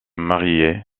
marié